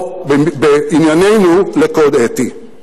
ובענייננו, לקוד אתי.